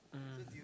mm